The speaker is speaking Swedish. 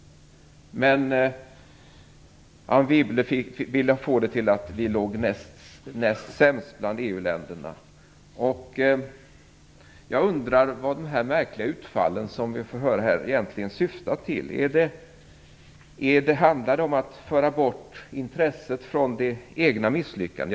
Men Anne Wibble ville få det till att vi låg näst sämst till bland EU-länderna. Jag undrar vad de märkliga utfallen här egentligen syftar till. Handlar det om att föra bort intresset från det egna misslyckandet?